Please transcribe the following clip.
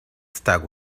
stuck